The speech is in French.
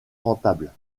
rentable